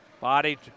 Body